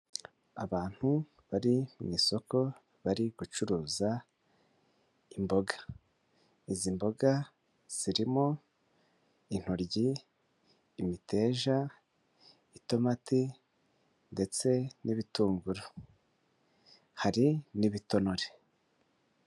abantu bari mu isoko bari gucuruza imboga, izi mboga zirimo intoryi, imiteja, itomati, ndetse n'ibitunguru, hari n'ibitonore.